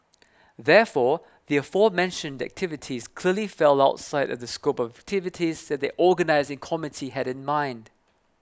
therefore the aforementioned activities clearly fell outside of the scope of activities that the organising committee had in mind